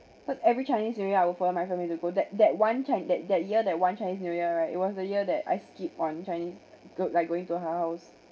because every chinese new year I will follow my family to go that that one chi~ that that year that one chinese new year right it was the year that I skipped on chinese g~ like going to her house